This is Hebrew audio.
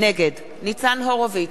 נגד ניצן הורוביץ,